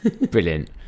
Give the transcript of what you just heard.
brilliant